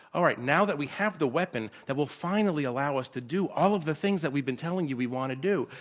all right, now that we have the weapon that will finally allow us to do all of the things that we've been telling you we want to do,